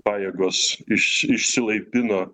pajėgos iš išsilaipino